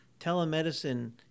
Telemedicine